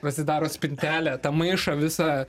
prasidaro spintelę tą maišą visą